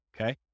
Okay